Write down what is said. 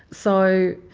so